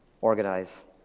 organize